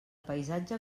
paisatge